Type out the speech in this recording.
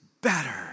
better